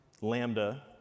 Lambda